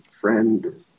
friend